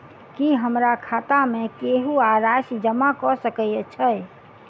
की हमरा खाता मे केहू आ राशि जमा कऽ सकय छई?